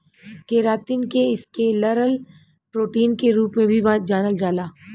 keratin के scleral protein के रूप में भी जानल जाला